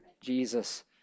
Jesus